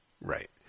right